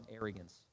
arrogance